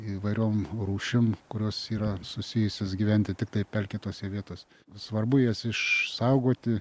įvairiom rūšim kurios yra susijusios gyventi tiktai pelkėtose vietos svarbu jas išsaugoti